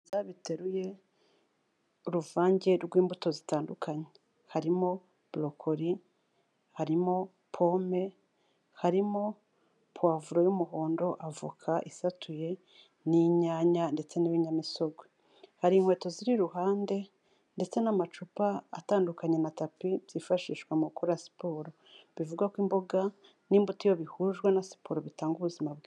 Ibiganza biteruye uruvange rw'imbuto zitandukanye. Harimo borokoli, harimo pome, harimo puwavuro y'umuhondo, avoka isatuye, n'inyanya ndetse n'ibinyamisogwe. Hari inkweto ziri iruhande ndetse n'amacupa atandukanye na tapi byifashishwa mu gukora siporo. Bivugwa ko imboga n'imbuto iyo bihujwe na siporo bitanga ubuzima bwiza.